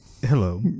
Hello